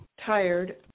tired